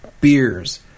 beers